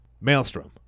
Maelstrom